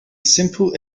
simple